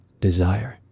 desire